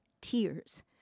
Tears